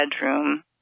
bedroom